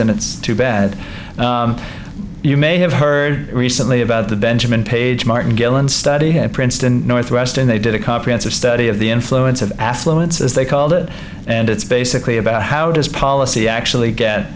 and it's too bad you may have heard recently about the benjamin page martin dillon study at princeton northwestern they did a comprehensive study of the influence of affluence as they called it and it's basically about how does policy actually get